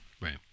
right